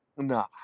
No